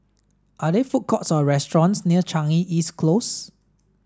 are there food courts or restaurants near Changi East Close